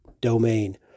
domain